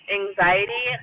anxiety